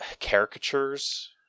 caricatures